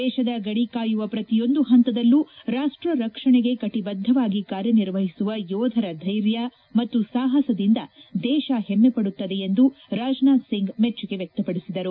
ದೇಶದ ಗಡಿ ಕಾಯುವ ಪ್ರತಿಯೊಂದು ಹಂತದಲ್ಲೂ ರಾಷ್ಷ ರಕ್ಷಣೆಗೆ ಕಟಿಬದ್ದವಾಗಿ ಕಾರ್ಯನಿರ್ವಹಿಸುವ ಯೋಧರ ಧ್ವೆರ್ಯ ಮತ್ತು ಸಾಹಸದಿಂದ ದೇಶ ಹಮ್ನೆಪಡುತ್ತದೆ ಎಂದು ರಾಜನಾಥ್ ಸಿಂಗ್ ಮೆಚ್ಚುಗೆ ವ್್ರಕ್ತಪಡಿಸಿದರು